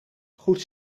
goed